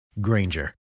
Granger